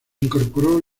incorporó